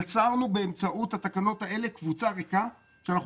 יצרנו באמצעות התקנות האלה קבוצה ריקה ואנחנו